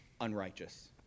unrighteous